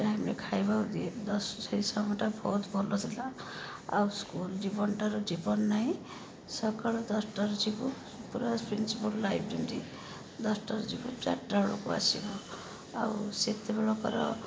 ଠିକ୍ ଟାଇମ୍ରେ ଖାଇବାକୁ ଦିଏ ଦଶ ସେଇ ଟାଇମ୍ଟା ବହୁତ ଭଲ ଥିଲା ଆଉ ସ୍କୁଲ ଜୀବନ ଠାରୁ ଜୀବନ ନାହିଁ ସକାଳୁ ଦଶଟାରୁ ଯିବୁ ପୁରା ପ୍ରିନ୍ସପଲ୍ ଲାଇଫ୍ ଯେମିତି ଦଶଟାରୁ ଯିବୁ ଚାରିଟା ବେଳକୁ ଅସିବୁ ଆଉ ସେତେବେଳକର